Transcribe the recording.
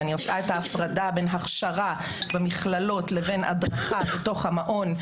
ואני עושה את ההפרדה בין הכשרה במכללות לבין הדרכה בתוך המעון,